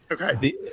Okay